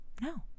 No